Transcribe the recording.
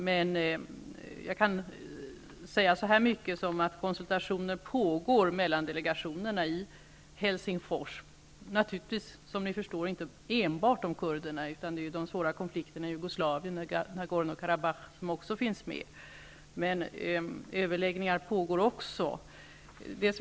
Men jag kan säga att konsultationer pågår mellan delegationerna i Helsingfors, men, som ni förstår, inte enbart om kurderna utan även om de svåra konflikterna i Jugoslavien och i Nagorno Karabach.